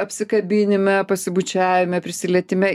apsikabinime pasibučiavime prisilietime